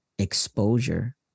exposure